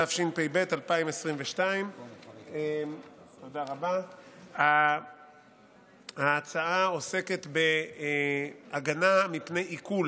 התשפ"ב 2022. ההצעה עוסקת בהגנה מפני עיקול